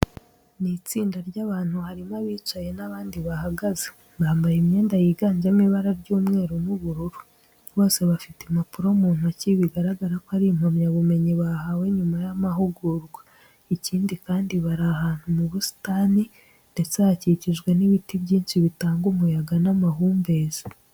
Ni itsinda ry'abatu harimo abicaye n'abandi bahagaze, bambaye imyenda yiganjemo ibara ry'umweru n'ubururu. Bose bafite impapuro mu ntoki bigaragara ko ari impamyabumenyi bahawe nyuma y'amahugurwa. Ikindi kandi, bari ahantu mu busitani ndetse hakikijwe n'ibiti byinshi bitanga umuyaga n'amahumbezi.